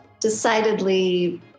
decidedly